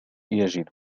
يجد